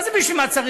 מה זה בשביל מה צריך?